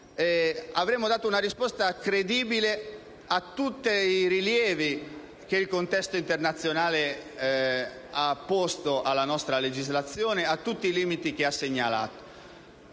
avremo dato una risposta credibile a tutti i rilievi che il contesto internazionale ha posto alla nostra legislazione e a tutti i limiti che ha segnalato.